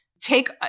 take